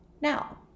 Now